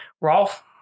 Rolf